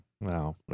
Wow